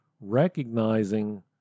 recognizing